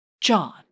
John